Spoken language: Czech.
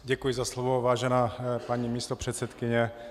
Děkuji za slovo, vážená paní místopředsedkyně.